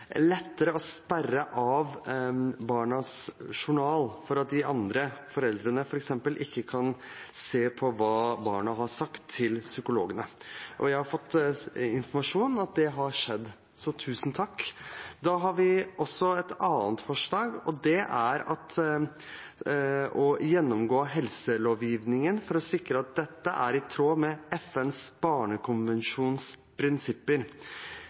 andre, f.eks. foreldrene, ikke kan se på hva barna har sagt til psykologene, og jeg har fått informasjon om at det har skjedd. Så tusen takk! Da har vi også et annet forslag, og det er å gjennomgå helselovgivningen for å sikre at denne er i tråd med FNs barnekonvensjons prinsipper.